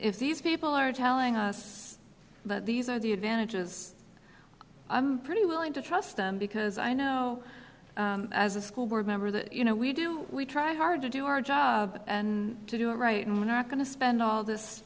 if these people are telling us these are the advantages i'm pretty willing to trust them because i know as a school board member that you know we do we try hard to do our job and to do it right and we're not going to spend all this